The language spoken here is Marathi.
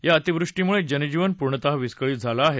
या अतिवृष्टीमुळे जनजीवन पूर्णतः विस्कळीत झालं आहे